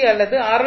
C அல்லது R